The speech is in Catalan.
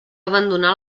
abandonar